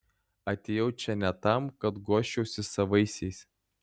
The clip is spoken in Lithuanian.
atėjau čia ne tam kad guosčiausi savaisiais